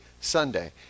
Sunday